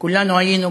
כולנו היינו.